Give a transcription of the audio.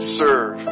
serve